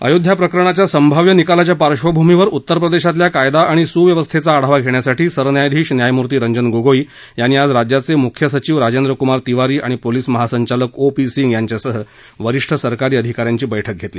अयोध्या प्रकरणाच्या संभाव्य निकालाच्या पार्श्वभूमीवर उत्तर प्रदेशातल्या कायदा आणि सुव्यवस्थेचा आढावा घेण्यासाठी सरन्यायाधीश न्यायमूर्ती रंजन गोगोई यांनी आज राज्याचे मुख्य सचिव राजेंद्र कुमार तिवारी आणि पोलीस महासंचालक ओ पी सिंग यांच्यासह वरिष्ठ सरकारी अधिकाऱ्यांची बक्क घेतली